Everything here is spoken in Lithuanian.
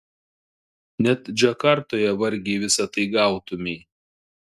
net džakartoje vargiai visa tai gautumei